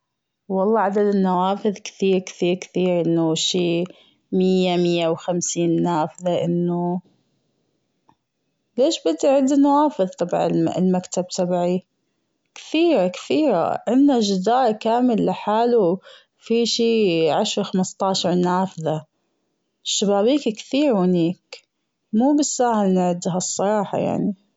والله عدد النوافذ كثير كثير كثير شي مية مية وخمسين نافذة أنه ليش بدي عد النوافذ تبع المكتب تبعي كثيرة كثيرة عنا جدار كامل لحاله فيه شي عشر خمستاشر نافذة الشبابيك كثير هنيك مو بالساهل نعدها الصراحة يعني.